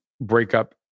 breakup